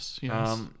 Yes